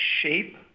shape